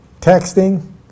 texting